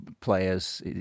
Players